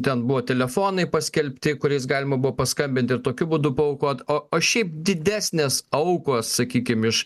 ten buvo telefonai paskelbti kuriais galima buvo paskambinti ir tokiu būdu paaukot o o šiaip didesnės aukos sakykim iš